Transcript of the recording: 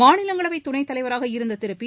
மாநிலங்களவை துணைத் தலைவராக இருந்த திரு பி